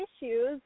issues